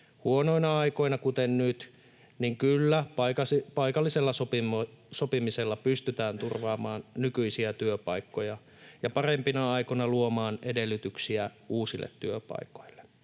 Huonoina aikoina, kuten nyt, kyllä paikallisella sopimisella pystytään turvaamaan nykyisiä työpaikkoja ja parempina aikoina luomaan edellytyksiä uusille työpaikoille.